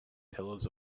pillows